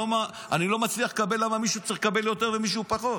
אני לא מצליח לקבל למה שמישהו צריך לקבל יותר ומישהו פחות.